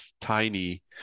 tiny